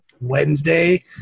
wednesday